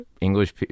English